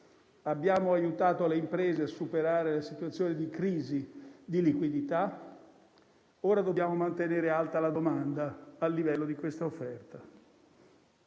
e aiutato le imprese a superare le situazione di crisi di liquidità: ora dobbiamo mantenere alta la domanda, al livello di tale offerta.